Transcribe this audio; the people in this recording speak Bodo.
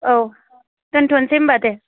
औ दोनथ'नोसै होनबा दे